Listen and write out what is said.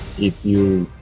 if you